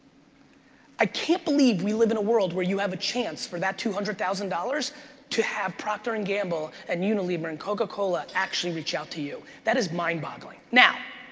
i can't believe we live in a world where you have a chance for that two hundred thousand dollars to have procter and gamble and unilever and coca cola actually reach out to you. that is mind-boggling. now,